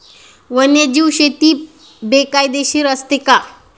वन्यजीव शेती बेकायदेशीर असते का?